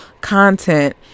content